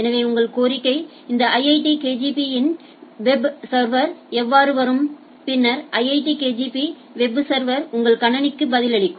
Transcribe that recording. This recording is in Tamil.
எனவே உங்கள் கோரிக்கை இந்த IIT KGP இன் வெப் சர்வர்க்கு எவ்வாறு வரும் பின்னர் IIT KGP வெப் சர்வர் உங்கள் கணினிகளுக்கு பதிலளிக்கும்